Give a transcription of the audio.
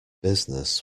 business